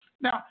Now